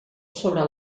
sobre